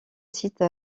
site